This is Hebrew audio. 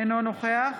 אינו נוכח